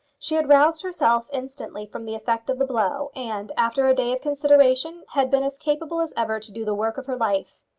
she had roused herself instantly from the effect of the blow, and, after a day of consideration, had been as capable as ever to do the work of her life.